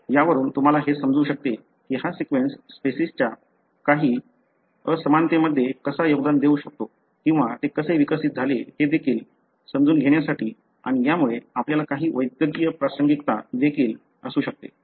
यावरून तुम्हाला हे समजू शकते की हा सीक्वेन्स स्पेसिसच्या काही असमानतेमध्ये कसा योगदान देऊ शकतो किंवा ते कसे विकसित झाले हे देखील समजून घेण्यासाठी आणि यामुळे आपल्याला काही वैद्यकीय प्रासंगिकता देखील असू शकते